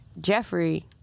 Jeffrey